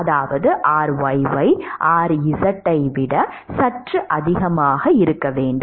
அதாவது ryy rz ஐ விட சற்று அதிகமாக இருக்க வேண்டும்